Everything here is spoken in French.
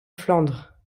flandre